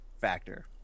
factor